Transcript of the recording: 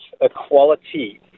equality